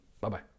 Bye-bye